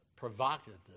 provocative